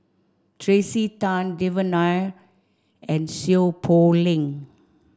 Tracey Tan Devan Nair and Seow Poh Leng